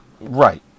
Right